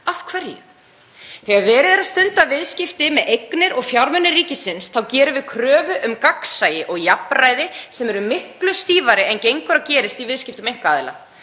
Af hverju? Þegar verið er að stunda viðskipti með eignir og fjármuni ríkisins þá gerum við kröfu um gagnsæi og jafnræði sem eru miklu stífari en gengur og gerist í viðskiptum einkaaðila.